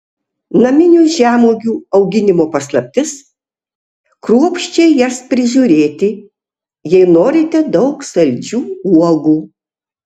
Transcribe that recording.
naminių žemuogių auginimo paslaptis kruopščiai jas prižiūrėti jei norite daug saldžių uogų